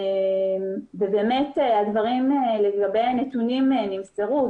והדברים לגבי הנתונים נמסרו.